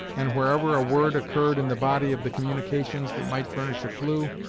and wherever a word occurred in the body of the communications that might furnish a clue,